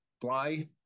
fly